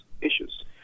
issues